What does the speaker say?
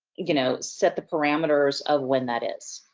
you know set the parameters of when that is.